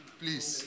please